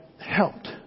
helped